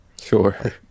sure